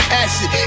acid